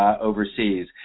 overseas